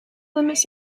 limits